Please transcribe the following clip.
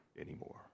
anymore